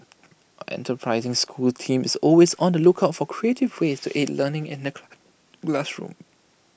our enterprising schools team is always on the lookout for creative ways to aid learning in the classroom